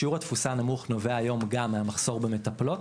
שיעור התפוסה הנמוך נובע היום גם מהמחסור במטפלות.